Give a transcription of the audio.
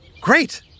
Great